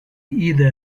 either